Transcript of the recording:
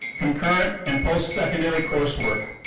concurrent and post-secondary coursework.